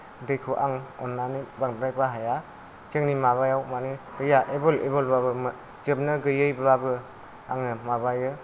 दैखौ आं अन्नानै बांद्राय बाहाया जोंनि माबायाव माने दैया एभलएबोलबाबो जोबनो गैयैब्लाबो आङो माबायो